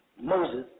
Moses